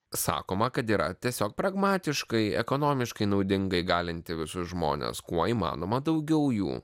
sakoma kad yra tiesiog pragmatiškai ekonomiškai naudinga įgalinti visus žmones kuo įmanoma daugiau jų